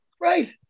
Right